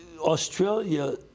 Australia